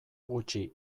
gutxi